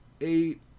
eight